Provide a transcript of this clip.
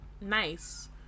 nice